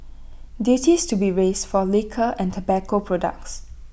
duties to be raised for liquor and tobacco products